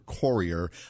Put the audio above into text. Courier